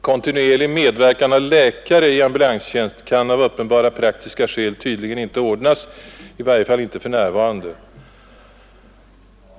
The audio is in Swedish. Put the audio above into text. Kontinuerlig medverkan av läkare i ambulanstjänst kan av uppenbara praktiska skäl tydligen inte ordnas, i varje fall inte för närvarande.